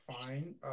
fine